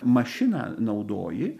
mašiną naudoji